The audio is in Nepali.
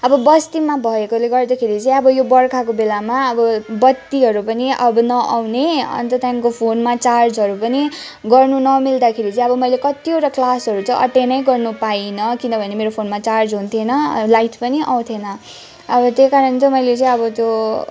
अब बस्तीमा भएकोले गर्दाखेरि चाहिँ अब यो बर्खाको बेलामा अब बत्तीहरू पनि अब नआउने अन्त त्यहाँदेखिको फोनमा चार्जहरू पनि गर्नु नमिल्दाखेरि चाहिँ अब मैले कतिवटा क्लासहरू चाहिँ अटेननै गर्नु पाइनँ किनभने मेरो फोनमा चार्ज हुन्थेन लाइट पनि आउँथेन अब त्यही कारण चाहिँ मैले चाहिँ अब त्यो